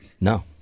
No